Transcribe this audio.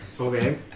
Okay